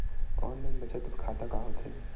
Online बचत खाता का होथे?